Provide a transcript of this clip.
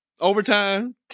overtime